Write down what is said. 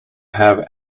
have